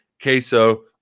queso